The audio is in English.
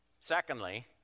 secondly